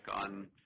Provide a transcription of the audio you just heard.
on